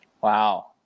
Wow